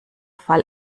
fall